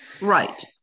Right